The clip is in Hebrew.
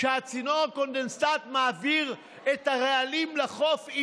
כשצינור הקונדנסט מעביר את הרעלים לחוף,